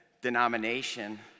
denomination